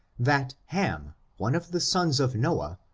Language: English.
that haniy one of the sons of noah,